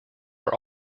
are